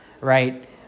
right